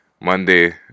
Monday